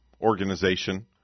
organization